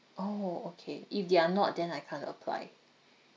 orh okay if they are not then I can't apply